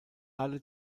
alle